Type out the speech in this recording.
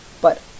But